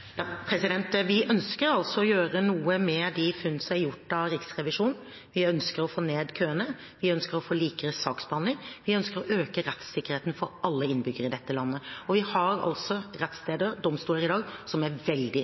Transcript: er gjort av Riksrevisjonen. Vi ønsker å få ned køene. Vi ønsker å få likere saksbehandling. Vi ønsker å øke rettssikkerheten for alle innbyggere i dette landet. Vi har altså rettssteder og domstoler i dag som er veldig